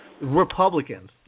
Republicans